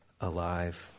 alive